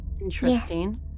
Interesting